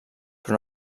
però